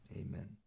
amen